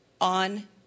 on